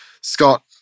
Scott